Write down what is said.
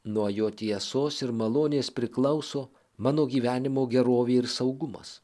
nuo jo tiesos ir malonės priklauso mano gyvenimo gerovė ir saugumas